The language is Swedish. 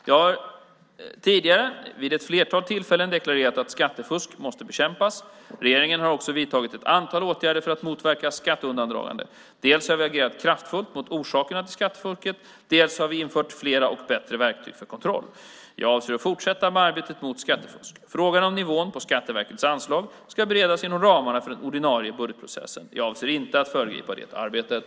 Jag har tidigare vid ett flertal tillfällen deklarerat att skattefusket måste bekämpas. Regeringen har också vidtagit ett antal åtgärder för att motverka skatteundandragande. Dels har vi agerat kraftfullt mot orsakerna till skattefusket, dels har vi infört fler och bättre verktyg för kontroll. Jag avser att fortsätta med arbetet mot skattefusk. Frågan om nivån på Skatteverkets anslag ska beredas inom ramarna för den ordinarie budgetprocessen. Jag avser inte att föregripa det arbetet.